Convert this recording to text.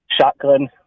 shotgun